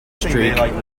streak